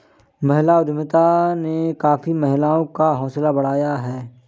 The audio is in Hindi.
महिला उद्यमिता ने काफी महिलाओं का हौसला बढ़ाया है